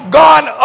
gone